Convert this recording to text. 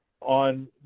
on